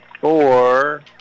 four